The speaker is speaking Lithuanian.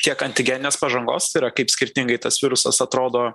tiek antigeninės pažangos yra kaip skirtingai tas virusas atrodo